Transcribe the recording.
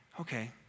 Okay